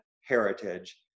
heritage